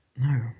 no